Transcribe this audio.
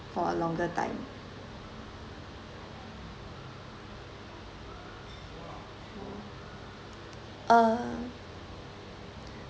for a longer time uh